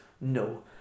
no